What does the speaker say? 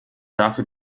dafür